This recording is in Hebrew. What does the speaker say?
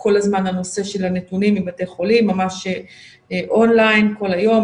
כל הזמן הנושא של נתונים מבתי החולים הוא ממש און ליין כל היום,